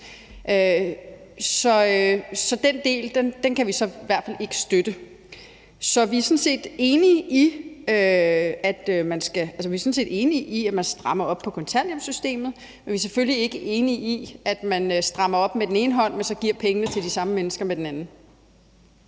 Så den del kan vi så i hvert fald ikke støtte. Så vi er sådan set enige i, at man skal stramme op på kontanthjælpssystemet, men vi er selvfølgelig ikke enige i, at man strammer op med den ene hånd, men så giver pengene til de samme mennesker med den anden.